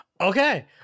Okay